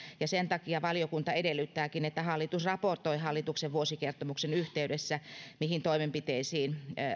ja sen takia valiokunta edellyttääkin että hallitus raportoi hallituksen vuosikertomuksen yhteydessä mihin toimenpiteisiin